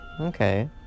Okay